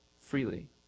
freely